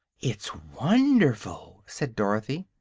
it's wonderful! said dorothy.